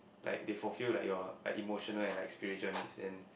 like they fulfill like your like emotional and like aspiration is then